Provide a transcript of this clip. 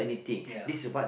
ya